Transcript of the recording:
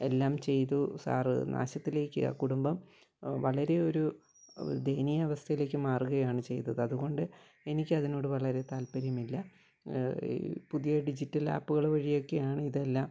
എല്ലാം ചെയ്തു സാറ് നാശത്തിലേക്ക് ആ കുടുംബം വളരെ ഒരു ദയനീയ അവസ്ഥയിലേക്ക് മാറുകയാണ് ചെയ്തത് അതുകൊണ്ട് എനിക്കതിനോട് വളരെ താൽപ്പര്യമില്ല പുതിയ ഡിജിറ്റൽ ആപ്പുകൾ വഴിയാക്കെയാണിതെല്ലാം